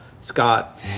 Scott